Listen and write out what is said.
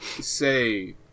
say